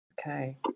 Okay